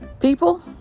People